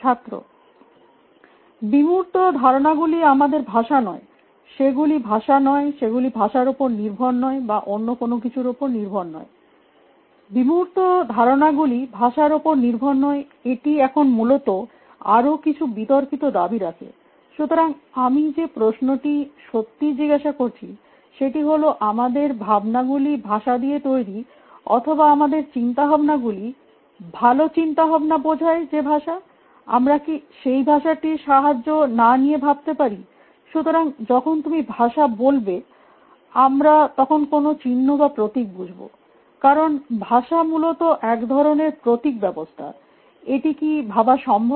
ছাত্র বিমূর্ত ধারণাগুলি আমাদের ভাষা নয়সেগুলি ভাষা নয় সেগুলি ভাষার উপর নির্ভর নয় বা অন্য কোনো কিছুর উপর নির্ভর নয় বিমূর্ত ধারণাগুলি ভাষার ওপর নির্ভর নয় এটি এখন মূলত আরও কিছু বিতর্কিত দাবি রাখেসুতরাং আমি যে প্রশ্নটি সত্যিই জিজ্গাসা করছি সেটি হল যে আমাদের ভাবনাগুলি ভাষা দিয়ে তৈরী অথবা আমাদের চিন্তাভাবনাগুলি ভাল চিন্তাভাবনা বোঝায় যে ভাষাআমরা কি সেই ভাষাটির সাহায্য না নিয়ে ভাবতে পারিসুতরাং যখন তুমি ভাষা বলবে আমরা তখন কোনো চিহ্ন বা প্রতীক বুঝবকারণ ভাষা মূলত এক ধরণের প্রতীক ব্যবস্হা এটি কি ভাবা সম্ভব